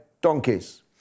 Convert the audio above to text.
donkeys